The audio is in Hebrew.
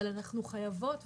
אנחנו חייבות,